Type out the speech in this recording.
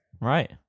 Right